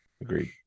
Agreed